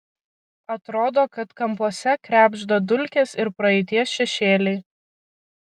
atrodo kad kampuose krebžda dulkės ir praeities šešėliai